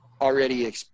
already